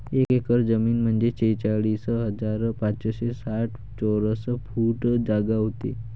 एक एकर जमीन म्हंजे त्रेचाळीस हजार पाचशे साठ चौरस फूट जागा व्हते